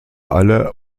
alle